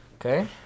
Okay